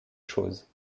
choses